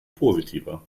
positiver